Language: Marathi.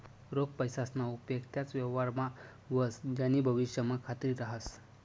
रोख पैसासना उपेग त्याच व्यवहारमा व्हस ज्यानी भविष्यमा खात्री रहास